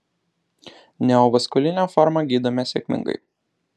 neovaskulinę formą gydome sėkmingai